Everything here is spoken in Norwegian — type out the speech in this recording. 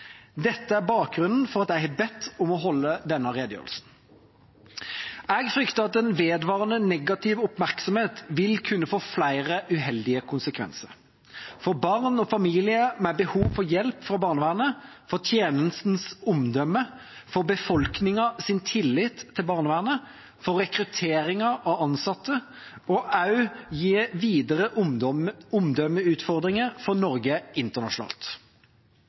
Dette er bakgrunnen for at jeg har bedt om å få holde denne redegjørelsen. Jeg frykter at en vedvarende negativ oppmerksomhet vil kunne få flere uheldige konsekvenser – for barn og familier med behov for hjelp fra barnevernet, for tjenestens omdømme, for befolkningens tillit til barnevernet, for rekrutteringen av ansatte – og også gi videre omdømmeutfordringer for Norge internasjonalt.